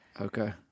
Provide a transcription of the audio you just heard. Okay